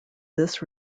this